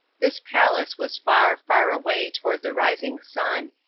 this palace was far, far away toward the rising sun,